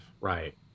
Right